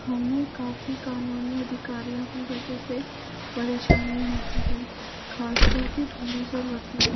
हमें काफ़ी क़ानूनी अधिकारियों की वजह से परेशानी होती है ख़ास कर के पुलिस और वकील